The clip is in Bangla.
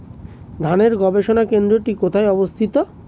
ধানের গবষণা কেন্দ্রটি কোথায় অবস্থিত?